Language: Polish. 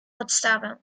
podstawę